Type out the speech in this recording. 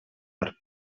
per